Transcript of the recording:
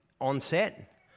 onset